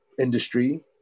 industry